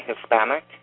Hispanic